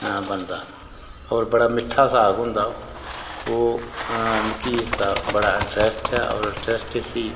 साग बनदा होर बड़ा मिट्ठा साग होंदा ओह् मिगी इसदा बड़ा इंटरस्ट ऐ होर इंटरस्ट इसी